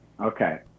Okay